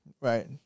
right